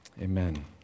Amen